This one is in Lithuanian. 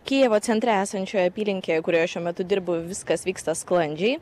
kijevo centre esančioje apylinkėje kurioje šiuo metu dirbu viskas vyksta sklandžiai